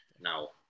Now